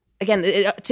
Again